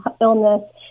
illness